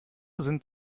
sind